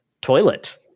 Toilet